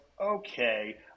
Okay